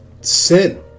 sin